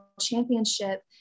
championship